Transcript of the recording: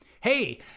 Hey